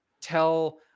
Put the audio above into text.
tell